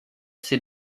ses